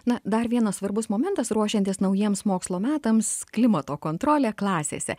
na dar vienas svarbus momentas ruošiantis naujiems mokslo metams klimato kontrolė klasėse